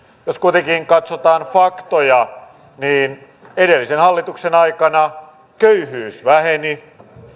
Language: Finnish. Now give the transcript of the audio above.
jos kuitenkin katsotaan faktoja niin edellisen hallituksen aikana köyhyys väheni